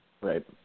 Right